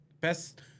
Best